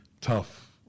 tough